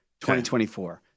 2024